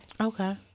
Okay